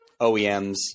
OEMs